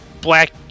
black